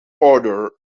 order